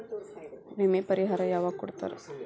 ವಿಮೆ ಪರಿಹಾರ ಯಾವಾಗ್ ಕೊಡ್ತಾರ?